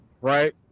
right